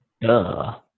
duh